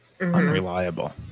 unreliable